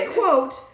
quote